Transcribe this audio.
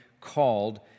called